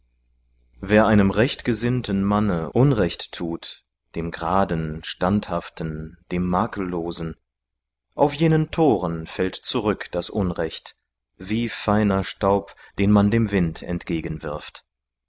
wer einem rechtgesinnten manne unrecht tut dem graden standhaften dem makellosen auf jenen toren fällt zurück das unrecht wie feiner staub den man dem wind entgegenwirft